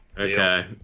Okay